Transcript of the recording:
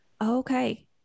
Okay